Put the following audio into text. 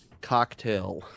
Cocktail